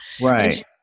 Right